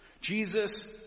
Jesus